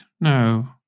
no